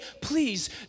please